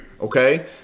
okay